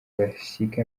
bashika